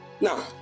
Now